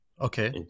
Okay